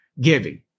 giving